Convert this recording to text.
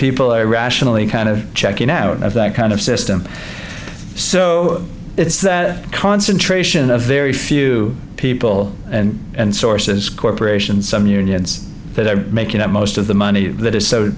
people are rationally kind of checking out of that kind of system so it's that concentration of very few people and sources corporations some unions that are making up most of the money that is so